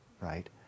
right